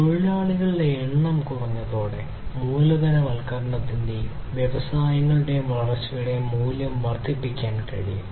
തൊഴിലാളികളുടെ എണ്ണം കുറഞ്ഞതോടെ മൂലധനവൽക്കരണത്തിന്റെയും വ്യവസായങ്ങളുടെ വളർച്ചയുടെയും മൂല്യം വർദ്ധിപ്പിക്കാൻ കഴിയും